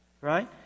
right